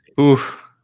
Oof